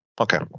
Okay